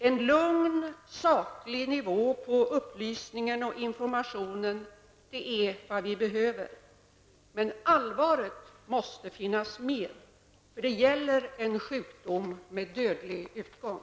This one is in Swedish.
En lugn, saklig nivå på upplysningen och informationen är vad vi behöver. Men allvaret måste finnas med, för det gäller en sjukdom med dödlig utgång.